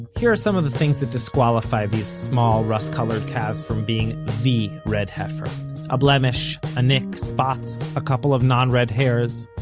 here are some of the things that disqualify these small rust-colored calves from being the red heifer a blemish, a nick, spots, a couple of non-red hairs.